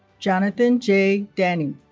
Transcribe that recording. jonathan j. dani